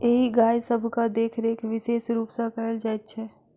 एहि गाय सभक देखरेख विशेष रूप सॅ कयल जाइत छै